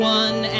one